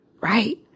right